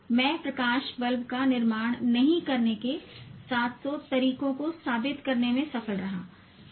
मैं प्रकाश बल्ब का निर्माण नहीं करने के सात सौ तरीकों को साबित करने में सफल रहा "